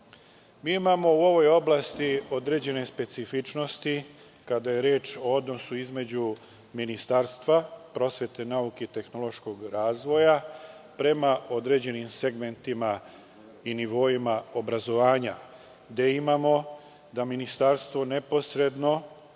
mi imamo određene specifičnosti kada je reč o odnosu između Ministarstva prosvete, nauke i tehnološkog razvoja prema određenim segmentima i nivoima obrazovanja, gde imamo da Ministarstvo neposredno